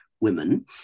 women